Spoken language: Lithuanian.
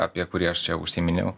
apie kurį aš čia užsiminiau